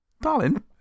darling